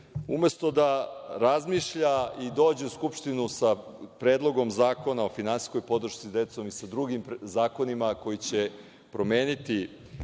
Umesto da razmišlja i dođe u Skupštinu sa predlogom zakona o finansijskoj podršci sa decom i sa drugim zakonima koji će promeniti